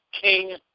King